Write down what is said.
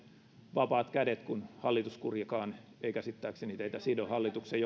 vapaat kädet kun hallituskurikaan ei käsittääkseni teitä sido hallituksen